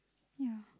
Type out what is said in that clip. yeah